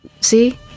see